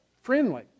friendly